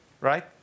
right